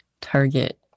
target